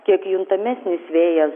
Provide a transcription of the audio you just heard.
kiek juntamesnis vėjas